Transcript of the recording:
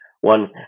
one